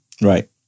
Right